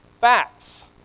facts